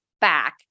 back